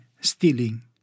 stealing